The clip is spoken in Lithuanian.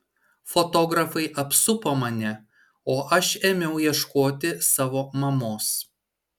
fotografai apsupo mane o aš ėmiau ieškoti savo mamos